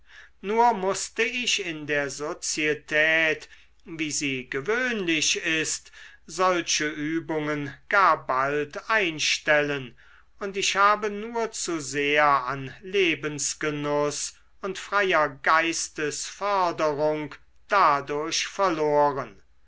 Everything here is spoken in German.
nur mußte ich in der sozietät wie sie gewöhnlich ist solche übungen gar bald einstellen und ich habe nur zu sehr an lebensgenuß und freier geistesförderung dadurch verloren